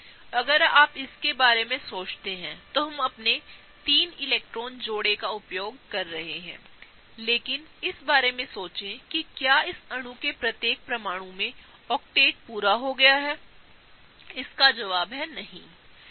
और अगर आप इसके बारे में सोचते हैं तो हम अपने तीन इलेक्ट्रॉन जोड़े का उपयोग कर रहे हैं लेकिन इस बारे में सोचें कि क्या इस अणु के प्रत्येक परमाणु में ऑक्टेट पूरा है इसकाजवाबनहीं है